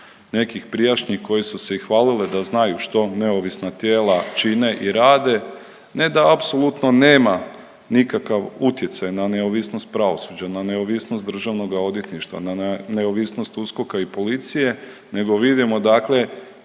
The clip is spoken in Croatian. nekih prijašnjih koji su se i hvalili da znaju što neovisna tijela čine i rade, ne da apsolutno nema nikakav utjecaj na neovisnost pravosuđa, na neovisnost državnoga odvjetništva, na neovisnost USKOK-a i policije nego vidimo dakle